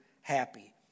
happy